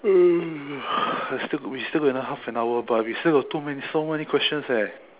I still we still got half an hour but we still got too many so many questions eh